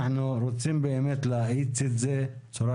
אנחנו רוצים באמת להאיץ את זה בצורה